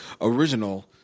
original